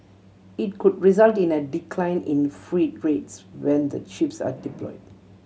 it could result in a decline in freight rates when the chips are deploy